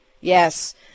yes